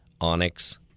Onyx